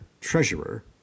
Treasurer